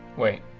wait.